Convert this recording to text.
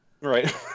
Right